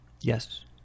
Yes